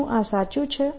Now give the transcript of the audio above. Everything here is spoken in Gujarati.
શું આ સાચું છે